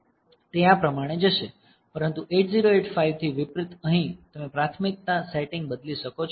તે આ પ્રમાણે જશે પરંતુ 8085 થી વિપરીત અહીં તમે પ્રાથમિકતા સેટિંગ બદલી શકો છો